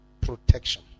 protection